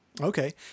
Okay